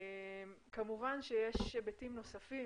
ישנם כמובן היבטים נוספים,